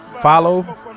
follow